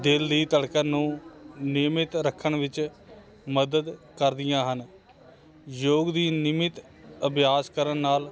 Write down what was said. ਦਿਲ ਦੀ ਧੜਕਣ ਨੂੰ ਨਿਯਮਿਤ ਰੱਖਣ ਵਿੱਚ ਮਦਦ ਕਰਦੀਆਂ ਹਨ ਯੋਗ ਦੀ ਨਿਯਮਿਤ ਅਭਿਆਸ ਕਰਨ ਨਾਲ